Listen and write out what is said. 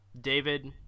David